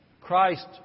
Christ